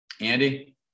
Andy